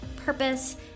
purpose